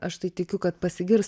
aš tai tikiu kad pasigirs